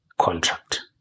contract